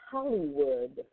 Hollywood